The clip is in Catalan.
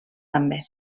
també